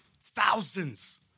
thousands